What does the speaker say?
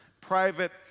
Private